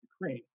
Ukraine